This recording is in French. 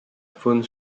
faune